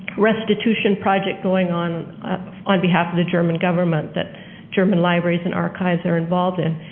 restitution project going on on behalf of the german government that german libraries and archives are involved in.